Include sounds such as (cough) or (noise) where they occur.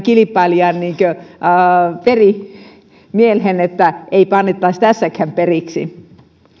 (unintelligible) kilpailijan veri tuli mieleen että eipä annettaisi tässäkään periksi